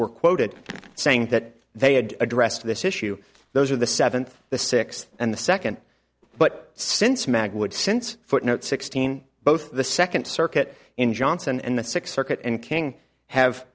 were quoted saying that they had addressed this issue those are the seventh the sixth and the second but since agood sense footnote sixteen both the second circuit in johnson and the sixth circuit and king have